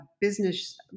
business